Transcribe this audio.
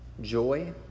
joy